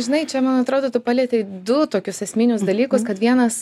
žinai čia man atrodo tu palietei du tokius esminius dalykus kad vienas